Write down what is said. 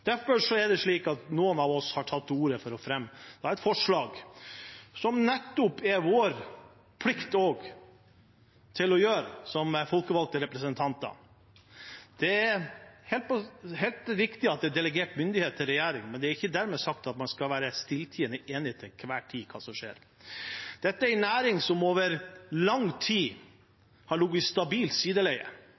Derfor har noen av oss tatt til orde for å fremme et forslag, som det også er vår plikt å gjøre som folkevalgte representanter. Det er helt riktig at det er delegert myndighet til regjeringen, men det er ikke dermed sagt at man til enhver tid skal være stilltiende enig i hva som skjer. Dette er en næring som over lang tid har ligget i stabilt sideleie,